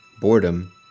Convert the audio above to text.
boredom